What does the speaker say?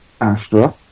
Astra